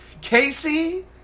Casey